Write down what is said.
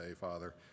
Father